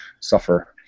suffer